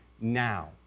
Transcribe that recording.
now